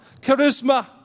Charisma